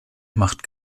macht